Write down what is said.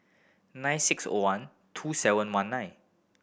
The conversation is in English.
nine six O one two seven one nine